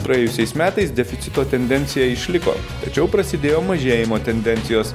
praėjusiais metais deficito tendencija išliko tačiau prasidėjo mažėjimo tendencijos